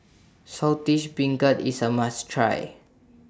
Saltish Beancurd IS A must Try